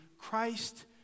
Christ